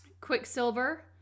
Quicksilver